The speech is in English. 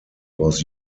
was